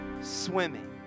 swimming